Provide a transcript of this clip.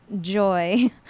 joy